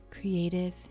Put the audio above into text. creative